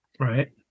Right